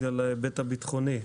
בגלל ההיבט הביטחוני,